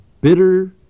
bitter